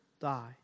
die